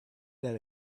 that